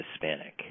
Hispanic